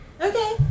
Okay